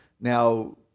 Now